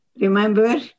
remember